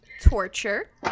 Torture